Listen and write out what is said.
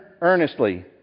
earnestly